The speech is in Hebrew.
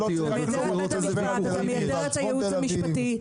אתה מייתר גם את הייעוץ המשפטי,